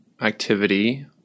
activity